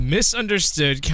misunderstood